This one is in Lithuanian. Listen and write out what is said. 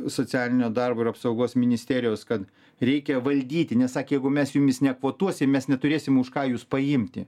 socialinio darbo ir apsaugos ministerijos kad reikia valdyti nes sakė jeigu mes jumis nekvotuosim mes neturėsim už ką jus paimti